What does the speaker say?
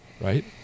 right